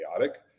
chaotic